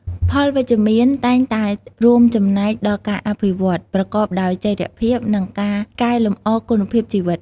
ផលវិជ្ជមានតែងតែរួមចំណែកដល់ការអភិវឌ្ឍប្រកបដោយចីរភាព និងការកែលម្អគុណភាពជីវិត។